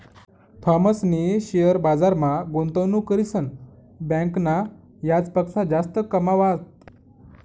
थॉमसनी शेअर बजारमा गुंतवणूक करीसन बँकना याजपक्सा जास्त कमावात